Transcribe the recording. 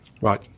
Right